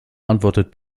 antwortet